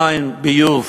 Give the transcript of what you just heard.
מים, ביוב,